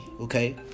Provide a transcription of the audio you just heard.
okay